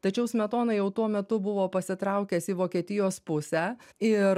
tačiau smetona jau tuo metu buvo pasitraukęs į vokietijos pusę ir